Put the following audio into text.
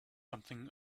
something